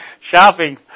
shopping